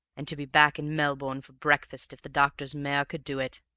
and to be back in melbourne for breakfast if the doctor's mare could do it.